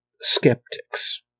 skeptics